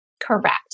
Correct